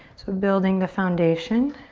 so building the foundation.